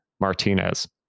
Martinez